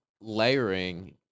layering